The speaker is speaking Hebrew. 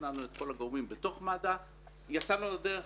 שכנענו את כל הגורמים בתוך מד"א ויצאנו לדרך